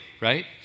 Right